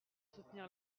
soutenir